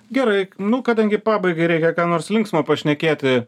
gerai nu kadangi pabaigai reikia ką nors linksmo pašnekėti